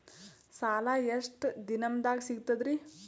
ಸಾಲಾ ಎಷ್ಟ ದಿಂನದಾಗ ಸಿಗ್ತದ್ರಿ?